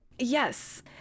Yes